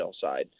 side